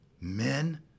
Men